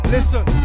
Listen